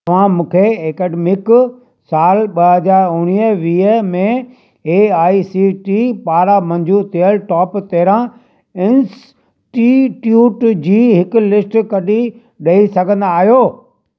तव्हां मूंखे ऐकडमिक साल ॿ हज़ार उणिवीह वीह में ए आई सी टी पारां मंज़ूरु थियल टोप तेरहं इंस्टीट्यूट जी हिकु लिस्ट कढी ॾई सघंदा आहियो